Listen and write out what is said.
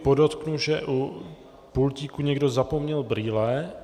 Podotknu, že u pultíku někdo zapomněl brýle.